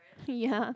ya